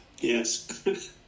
yes